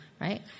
right